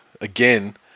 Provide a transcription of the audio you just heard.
again